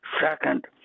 Second